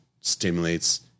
stimulates